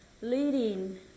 leading